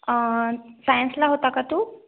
सायन्सला होता का तू